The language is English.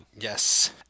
Yes